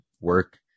work